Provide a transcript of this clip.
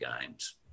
games